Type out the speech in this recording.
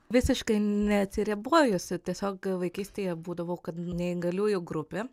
visiškai neatsiribojus tiesiog vaikystėje būdavau kad neįgaliųjų grupė